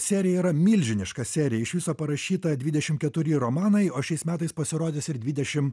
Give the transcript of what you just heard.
serija yra milžiniška serija iš viso parašyta dvidešim keturi romanai o šiais metais pasirodys ir dvidešim